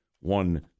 one